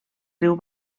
riu